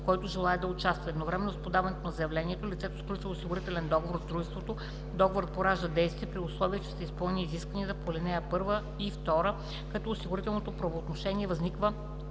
който желае да участва. Едновременно с подаването на заявлението лицето сключва осигурителен договор с дружеството. Договорът поражда действие, при условие че са изпълнени изискванията по ал. 1 и 2, като осигурителното правоотношение възниква